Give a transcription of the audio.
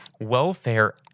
Welfare